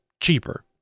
cheaper